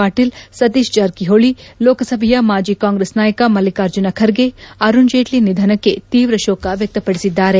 ಪಾಟೀಲ್ ಸತೀಶ್ ಜಾರಕಿಹೊಳಿ ಲೋಕಸಭೆಯ ಮಾಜಿ ಕಾಂಗ್ರೆಸ್ ನಾಯಕ ಮಲ್ಲಿಕಾರ್ಜುನ ಖರ್ಗೆ ಅರುಣ್ ಜೇಟ್ಲ ನಿಧನಕ್ಕೆ ತೀವ್ರ ಶೋಕ ವ್ಯಕ್ತಪಡಿಸಿದ್ದಾರೆ